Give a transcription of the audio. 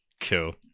Cool